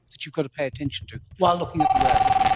that you've got to pay attention to, while looking at the road.